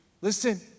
Listen